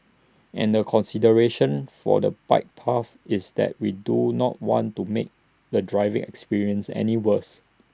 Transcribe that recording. and the consideration for the bike path is that we do not want to make the driving experience any worse